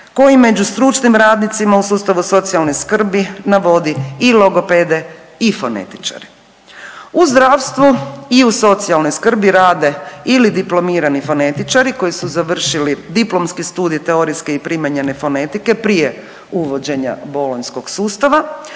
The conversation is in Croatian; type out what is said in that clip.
koji među stručnim radnicima u sustavu socijalne skrbi navodi i logopede i fonetičare. U zdravstvu i u socijalnoj skrbi rade ili rade diplomirani fonetičari koji su završili Diplomski studij teorijske i … fonetike prije uvođenja bolonjskog sustava